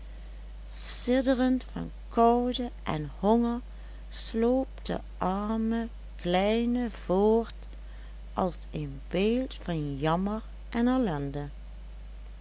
van koude en honger sloop de arme kleine voort als een beeld van jammer en ellende